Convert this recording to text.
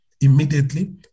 immediately